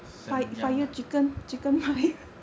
samyang ah